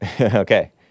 Okay